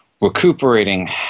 recuperating